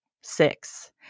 six